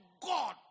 God